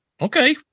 Okay